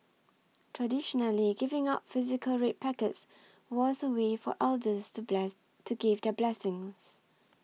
traditionally giving out physical red packets was a way for elders to bless to give their blessings